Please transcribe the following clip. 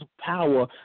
power